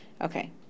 Okay